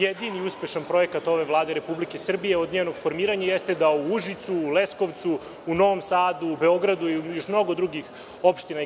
jedini uspešan projekat ove vlade Republike Srbije od njenog formiranja jeste da u Užicu, Leskovcu, u Novom Sadu, Beogradu i u mnogim drugim